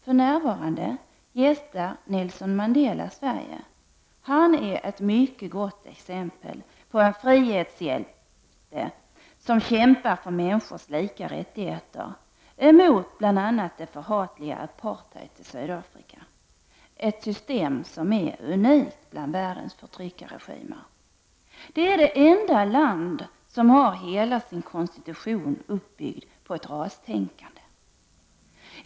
För närvarande gästar Nelson Mandela Sverige. Han är ett mycket gott exempel på en frihetshjälte, som kämpar för människors lika rättigheter emot det förhatliga apartheid i Sydafrika, ett system som är unikt bland världens förtryckarregimer. Sydafrika är det enda land som har hela sin konstitution uppbyggd på ett rastänkande.